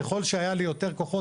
ככל שהיו לי יותר כוחות,